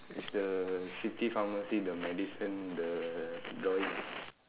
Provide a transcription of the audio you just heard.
is the city pharmacy the medicine the drawing